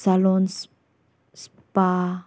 salon spa